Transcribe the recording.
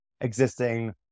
existing